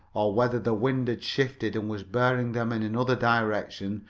or whether the wind had shifted and was bearing them in another direction,